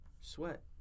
Sweat